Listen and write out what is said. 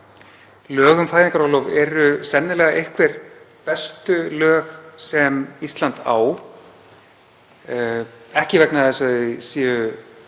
Lög um fæðingarorlof eru sennilega einhver bestu lög sem Ísland á, ekki vegna þess að þau séu